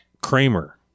Kramer